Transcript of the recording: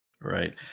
Right